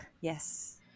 Yes